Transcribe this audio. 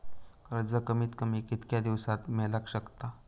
कर्ज कमीत कमी कितक्या दिवसात मेलक शकता?